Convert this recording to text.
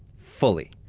fully.